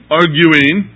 arguing